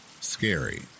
scary